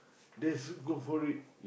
let's go for it